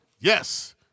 Yes